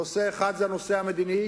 נושא אחד הוא הנושא המדיני,